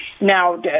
Now